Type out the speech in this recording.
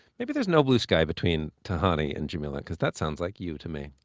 maybe there's no blue sky between tahani and jameela, cause that sounds like you to me.